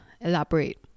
elaborate